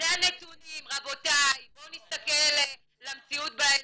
הנתונים רבותי, בואו נסתכל למציאות בעיניים.